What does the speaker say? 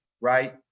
right